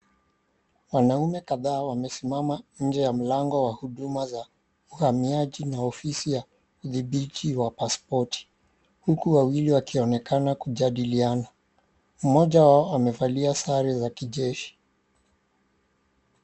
Wanaume kadhaa wamesimama nje ya mlango wa huduma za uhamiaji na ofisi ya udhibiti wa passport , huku wawili wakionekana kujadiliana. Mmoja wao amevalia sare za kijeshi.